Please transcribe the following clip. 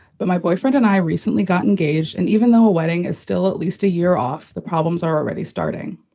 but my boyfriend and i recently got engaged. and even though a wedding is still at least a year off, the problems are already starting.